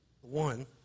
One